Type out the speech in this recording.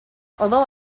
although